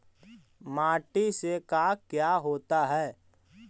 माटी से का क्या होता है?